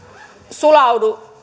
sulaudu